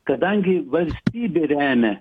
kadangi valstybė remia